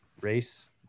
race